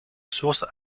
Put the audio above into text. source